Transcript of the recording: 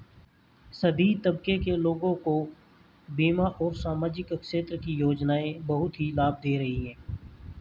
सभी तबके के लोगों को बीमा और सामाजिक क्षेत्र की योजनाएं बहुत ही लाभ दे रही हैं